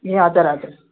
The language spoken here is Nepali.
ए हजुर हजुर